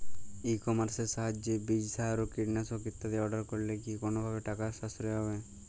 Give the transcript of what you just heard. ই কমার্সের সাহায্যে বীজ সার ও কীটনাশক ইত্যাদি অর্ডার করলে কি কোনোভাবে টাকার সাশ্রয় হবে?